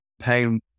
pain